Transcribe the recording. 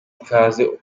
ikaze